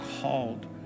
called